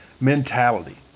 mentality